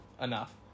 enough